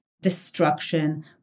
destruction